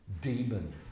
demon